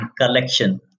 collection